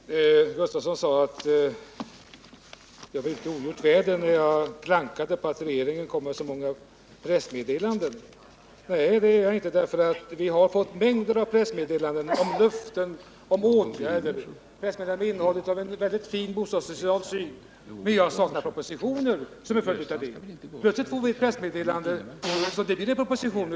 Herr talman! Wilhelm Gustafsson sade att jag var ute i ogjort väder när jag klankade på att regeringen kom med så många pressmeddelanden. Nej, det är jag inte. Vi har fått mängder av pressmeddelanden med löften om åtgärder, pressmeddelanden som innehållit en mycket fin bostadssocial syn. Men jag saknar propositioner som en följd av det! Och plötsligt får vi ett pressmeddelande som det blir en proposition av.